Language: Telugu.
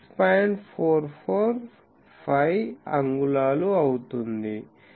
445 అంగుళాలు అవుతుంది